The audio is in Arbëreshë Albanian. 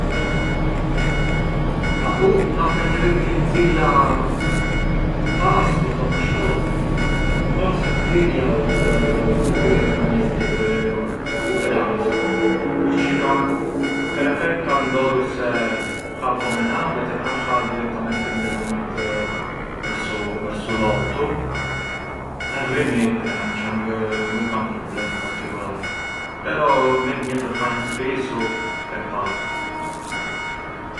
Ma u nga ki’ të nxirja un pastu thomi shtu, forsi nxirja të ngrënit për mjezdit, u pranzu, përçë herë e herë kam ndodhur se ha po menanvet e pran ha direttamenti mbrënvenit versu l’ottu e rri mirë pran, cioè ngë kam problem particolari, però ë mirë një të hanj spissu e pak.